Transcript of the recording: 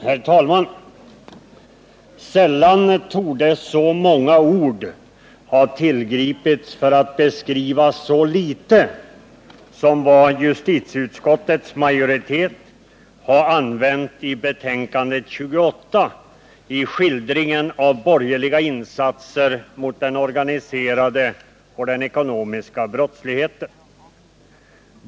Herr talman! Sällan torde så många ord ha tillgripits för att beskriva så litet som vad justitieutskottets majoritet använt i betänkandet 28, i skildringen av borgerliga insatser mot den organiserade och den ekonomiska brottsligheten.